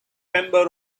member